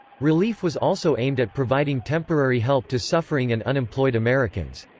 relief was also aimed at providing temporary help to suffering and unemployed americans.